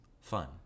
fun